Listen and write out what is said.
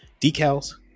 decals